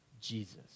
Jesus